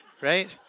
right